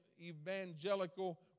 evangelical